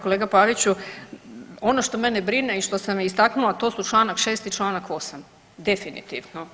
Kolega Paviću, ono što mene brine i što sam istaknula, to su čl. 6. i čl. 8. definitivno.